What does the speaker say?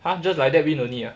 !huh! just like that win only ah